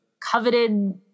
Coveted